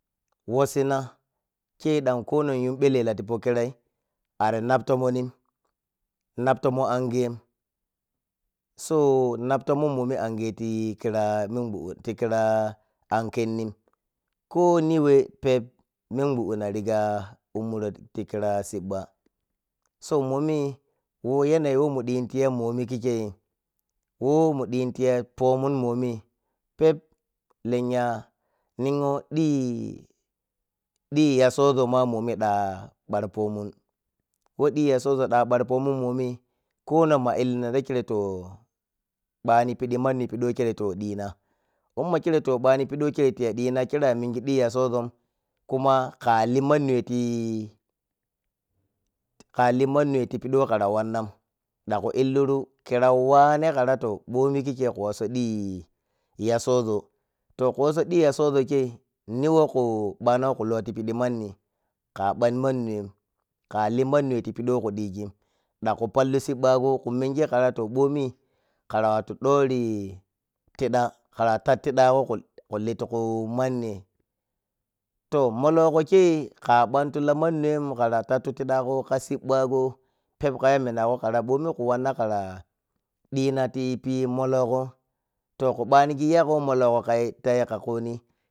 Wassina kei ɗan ko nonyun ɓelela tipo kirai ari nap tomonyin nap tomon angiye so nap tomon moni angiye ti khira minguɗɗi ki kira ankhenne ko ni whe pep minguɗɗina riga ummuro ti kira siɓɓa so momi who mun ɗhi tiyay monikei who mun ɗhi tiya pomun moni pepe lenya ninghou ɗhi ya sozo ma mami ɗha ɓahar pomun who ɗhi ya sozo ma mami ɗha ponum momi konon ma illoro mikire toh ɓani pidi manni pidi who khere taworo ɗhina umma khero to ɓani pidi who khiro ta woro dhina khiro amengi ɗhi ya sozon kuma khaliy manni whe ti kha liy manni whe ti pidi who kara wannan ɗan khu illuru khira wanne kara toh mɓom kikke khu wasso ɗhi ya sozo yo khu wasso ɗhi ya sozo kei ni ni whe khu ɓano khu luy ti pidi manni ka ɓan manni when ka liy manni whe ti piɗi who khu ɗhigin ɗan khu pulli siɓɓago khu mengi kara toh mbomi karawatu ɗori tiɗa kara tad tiɗago khu liy tiku manni toh mologo khei ka ɓantu manni when kara tattu diɗɗaga ka siɓɓago pep kayaminago mɓomi khura kara ɗhina tipi mologo toh khubangi yaggai who mologo kai tayi ka khuni.